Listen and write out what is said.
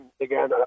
again